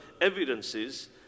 evidences